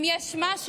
אם יש משהו,